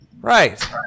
Right